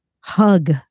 hug